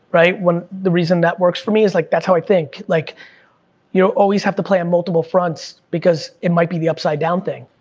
right? the reason that works for me, is like, that's how i think, like you know always have to play on multiple fronts, because it might be the upside down thing.